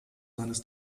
seines